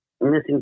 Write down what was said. missing